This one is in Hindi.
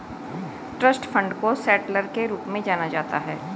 ट्रस्ट फण्ड को सेटलर के रूप में जाना जाता है